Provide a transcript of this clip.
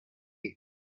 day